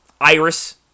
Iris